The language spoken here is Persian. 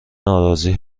ناراضی